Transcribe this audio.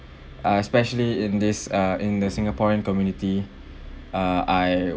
uh especially in this uh in the singaporean community uh I